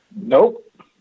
Nope